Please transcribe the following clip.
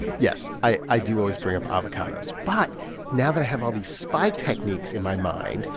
yes. i i do always bring up avocados. but now that i have all these spy techniques in my mind,